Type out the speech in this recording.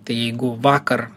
tai jeigu vakar